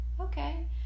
okay